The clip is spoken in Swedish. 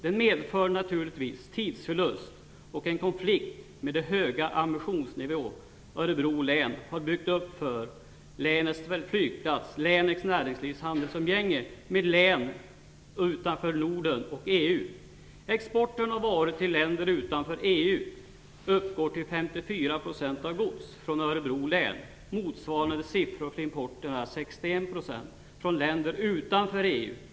Detta medför naturligtvis tidsförlust och en konflikt med den höga ambitionsnivå Örebro län har haft för länets flygplats och länets näringslivs handelsumgänge med platser utanför Norden och EU. Exporten av varor till länder utanför EU uppgår till 54 % av godset från Örebro län. Motsvarande siffror för importen är 61 % från länder utanför EU.